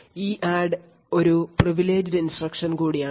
EADD ഒരു privileged instruction കൂടിയാണ്